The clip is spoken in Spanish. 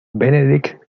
benedict